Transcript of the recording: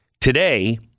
Today